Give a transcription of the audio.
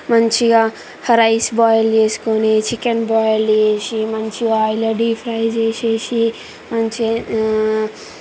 మంచిగా rice boil చేసుకొని chicken boiled చేసి మంచిగా ఆయల్లో డీప్ ఫ్రై చేసేసి మంచిగా